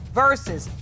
versus